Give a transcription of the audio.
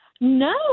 No